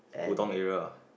Putong area ah